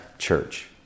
church